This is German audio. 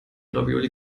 ravioli